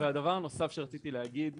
הדבר הנוסף שרציתי להגיד הוא,